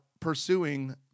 pursuing